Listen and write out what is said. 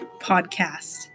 Podcast